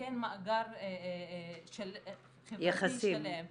לסכן מאגר חברתי שלם.